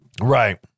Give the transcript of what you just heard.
Right